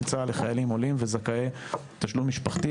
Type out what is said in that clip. צה"ל לחיילים עולים וזכאי תשלום משפטי,